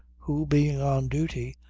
who, being on duty,